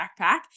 backpack